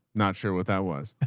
not sure what that was.